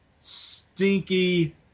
stinky